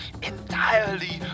Entirely